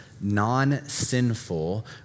non-sinful